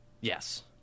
Yes